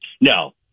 No